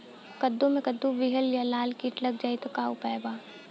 कद्दू मे कद्दू विहल या लाल कीट लग जाइ त का उपाय बा?